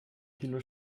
kilo